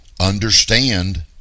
understand